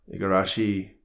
Igarashi